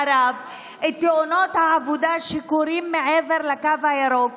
תאונות העבודה שקורות מעבר לקו הירוק,